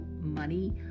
money